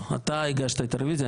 אתה הגשת את הרביזיה,